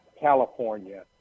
California